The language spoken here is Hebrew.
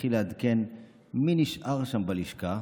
תתחיל לעדכן מי נשאר שם בלשכה,